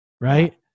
Right